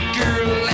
girl